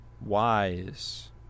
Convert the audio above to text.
wise